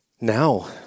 now